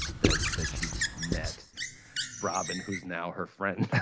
that that she met robin, who's now her friend.